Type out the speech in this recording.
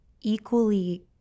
equally